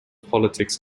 politics